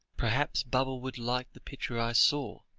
perhaps baba would like the picture i saw,